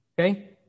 Okay